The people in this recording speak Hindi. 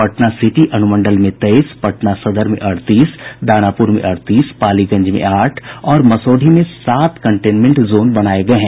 पटना सिटी अनुमंडल में तेईस पटना सदर में अड़तीस दानापुर में अड़तीस पालीगंज में आठ और मसौढ़ी में सात कंटेनमेंट जोन बनाये गये हैं